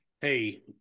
Hey